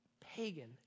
pagan